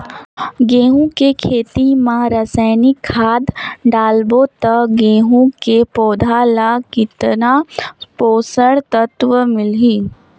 गंहू के खेती मां रसायनिक खाद डालबो ता गंहू के पौधा ला कितन पोषक तत्व मिलही?